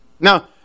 Now